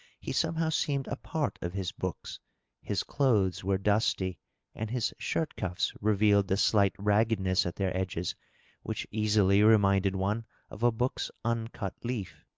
he somehow seemed a part of his books his clothes were dusty and his shirt-cuffs revealed the slight raggedness at their edges which easily reminded one of a book's uncut leaf.